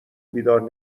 بیدار